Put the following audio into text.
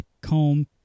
comb